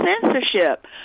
censorship